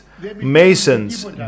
masons